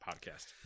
podcast